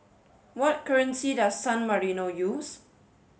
what currency does San Marino use